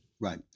Right